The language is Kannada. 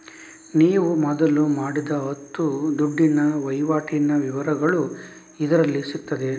ನೀವು ಮೊದಲು ಮಾಡಿದ ಹತ್ತು ದುಡ್ಡಿನ ವೈವಾಟಿನ ವಿವರಗಳು ಇದರಲ್ಲಿ ಸಿಗ್ತದೆ